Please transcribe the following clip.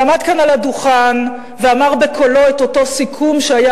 ועמד כאן על הדוכן ואמר בקולו את אותו סיכום שהיה